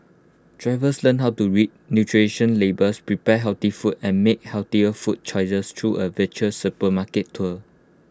drivers learn how to read nutritional labels prepare healthy food and make healthier food choices through A virtual supermarket tour